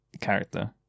character